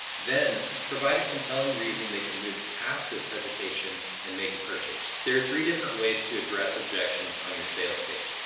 then provide a compelling reason they can move past this hesitation and make a purchase. there are three different ways to address objections on your sales page,